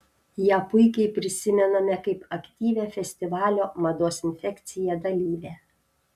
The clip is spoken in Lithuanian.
ją puikiai prisimename kaip aktyvią festivalio mados infekcija dalyvę